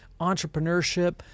entrepreneurship